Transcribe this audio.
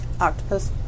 Octopus